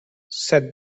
said